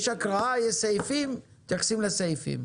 יש הקראה, יש סעיפים, מתייחסים לסעיפים.